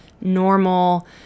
normal